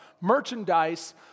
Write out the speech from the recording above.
merchandise